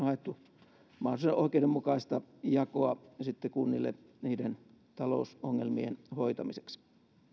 haettu mahdollisimman oikeudenmukaista jakoa kunnille niiden talousongelmien hoitamiseksi